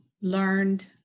learned